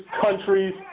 countries